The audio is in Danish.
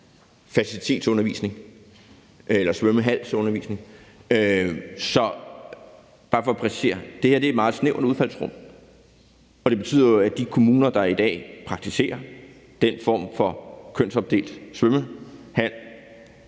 fertilitetsundervisning eller svømmeundervisning. Så det er bare for at præcisere det: Det her er et meget snævert udfaldsrum. Og det betyder jo, at de kommuner, der i dag praktiserer den form for kønsopdeling af en svømmehal,